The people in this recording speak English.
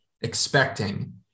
expecting